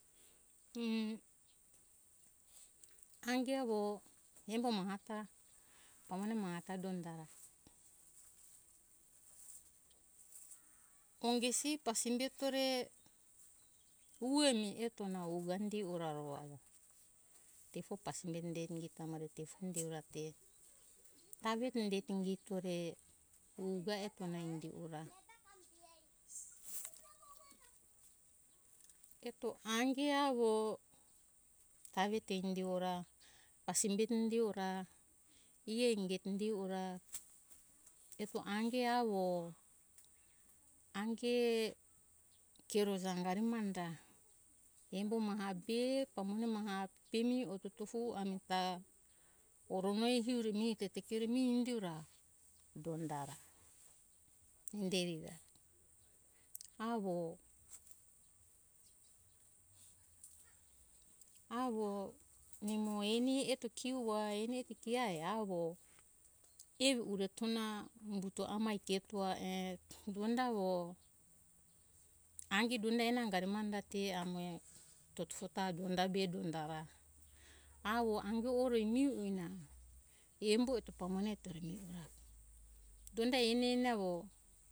Ke ange avo embo maha ta pamone maha ta donda ra ongesi pasimbetore umoi emo namo indi ora ro aja tefo pasimbe inderi ta amore indi ora te taveto indito re u ga eto na indi ora eto ange avo tave te indi ora pasimbe eto indi ora ie e ingito indi ora eto ange avo ange keroja angari mane ra embo maha be pamone maha pemi tofo ami ta oro mo hito ke mo ingi ora donda ra inderi ra avo, avo nimo eni eto kio a eni eto kia avo evi uretona umbuto amai to a e donda avo ange donda enga ari mane ra te amo tofo ta donda be donda ra avo ange ore miho ue na embo eto pamone eto mireto donda eni eni avo